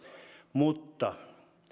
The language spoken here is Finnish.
mutta